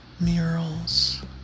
murals